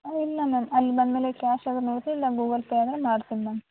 ಇಲ್ಲ ಮ್ಯಾಮ್ ಅಲ್ಲ ಬಂದ್ಮೇಲೆ ಕ್ಯಾಶ್ ಆದರೂನು ಓಕೆ ಇಲ್ಲ ಗೂಗಲ್ ಪೇ ಆದರೆ ಮಾಡ್ತೀನಿ ಮ್ಯಾಮ್